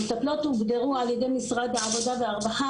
המטפלות הוגדרו על ידי משרד העבודה והרווחה